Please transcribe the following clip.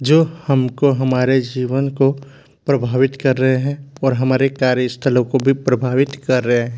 जो हमको हमारे जीवन को प्रभावित कर रहे हैं और हमारे कार्य स्थलों को भी प्रभावित कर रहे हैं